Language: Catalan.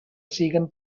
siguen